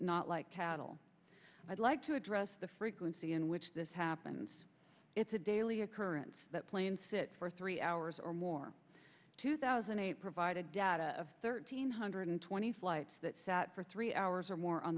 not like cattle i'd like to address the frequency in which this happens it's a daily occurrence that plane sit for three hours or more two thousand and eight provided data of thirteen hundred twenty flights that sat for three hours or more on